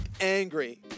angry